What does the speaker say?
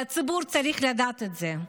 והציבור צריך לדעת את זה,